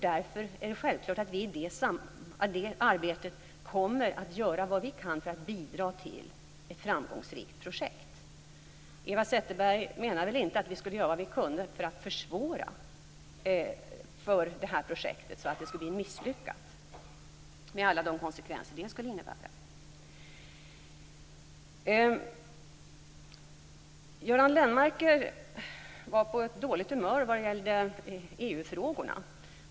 Därför är det självklart att vi i detta arbete kommer att göra vad vi kan för att bidra till ett framgångsrikt projekt. Eva Zetterberg menar väl inte att vi skall göra vad vi kan för att försvåra för detta projekt, så att det blir misslyckat med alla konsekvenser som det skulle få? Göran Lennmarker var på ett dåligt humör när det gäller EU-frågorna.